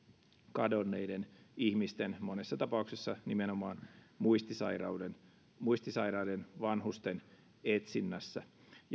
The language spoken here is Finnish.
kadonneiden ihmisten monessa tapauksessa nimenomaan muistisairaiden vanhusten etsinnässä